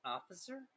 Officer